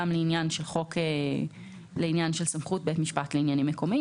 גם לעניין של סמכות בית משפט לעניינים מקומיים.